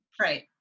Right